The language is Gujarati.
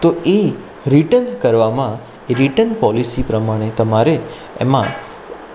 તો એ રિટન કરવામાં રિટન પોલિસી પ્રમાણે તમારે એમાં